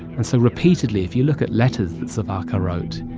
and so repeatedly, if you look at letters that savarkar wrote,